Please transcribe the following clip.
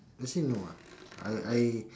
actually no lah I I